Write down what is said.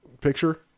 picture